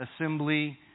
assembly